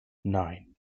nine